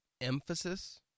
emphasis